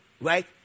right